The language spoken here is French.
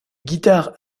guitares